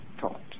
taught